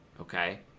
okay